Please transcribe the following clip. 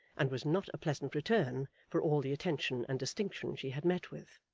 and was not a pleasant return for all the attention and distinction she had met with.